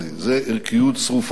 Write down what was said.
זו ערכיות צרופה.